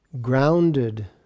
grounded